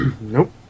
Nope